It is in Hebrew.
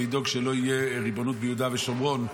לדאוג שלא תהיה ריבונות ביהודה ושומרון.